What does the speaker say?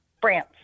France